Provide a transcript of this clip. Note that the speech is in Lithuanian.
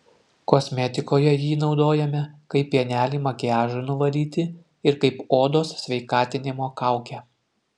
kosmetikoje jį naudojame kaip pienelį makiažui nuvalyti ir kaip odos sveikatinimo kaukę